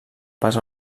pas